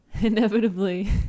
Inevitably